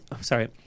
sorry –